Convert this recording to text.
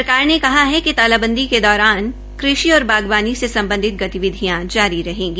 सरकार ने कहा कि तालाबंदी के दौरान कृषि और बागवानी से सम्बधित गतिविधियां जारी रहेगी